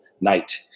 night